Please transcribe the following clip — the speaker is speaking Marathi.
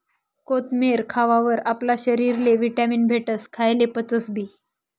कोथमेर खावावर आपला शरीरले व्हिटॅमीन भेटस, खायेल पचसबी